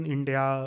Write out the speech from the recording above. India